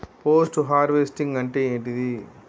Post harvesting అంటే ఏంటిది?